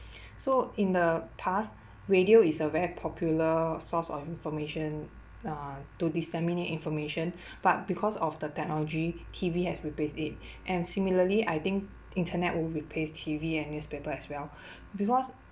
so in the past radio is a very popular source of information uh to disseminate information but because of the technology T_V have replaced it and similarly I think internet will replace T_V and newspaper as well because